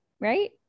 right